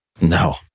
No